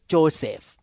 Joseph